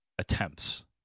attempts